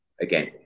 again